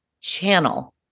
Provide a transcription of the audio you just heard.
channel